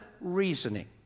reasoning